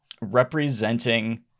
representing